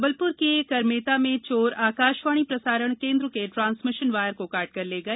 जबलपुर के करमेता में चोर आकाशवाणी प्रसारण केन्द्र के ट्रांसमिशन वायर को काटकर ले गए